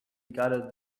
gutted